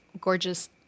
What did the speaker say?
gorgeous